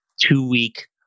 two-week